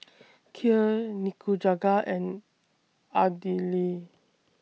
Kheer Nikujaga and Idili